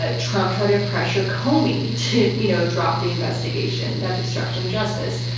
ah trump tried to pressure comey to, you know, drop the investigation. that's obstruction of justice.